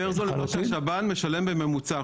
יותר זול ממה שהשב"ן משלם בממוצע.